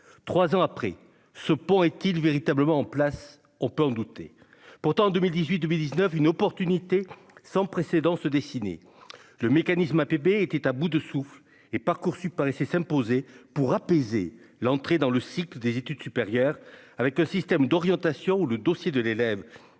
3 ans après ce pont est-il véritablement en place, on peut en douter, pourtant en 2018, 2019 une opportunité sans précédent se dessiner le mécanisme APP était à bout de souffle et Parcoursup paraissaient s'imposer pour apaiser l'entrée dans le cycle des études supérieures, avec le système d'orientation ou le dossier de l'élève